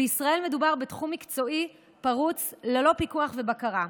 בישראל מדובר בתחום מקצועי פרוץ ללא פיקוח ובקרה.